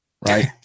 right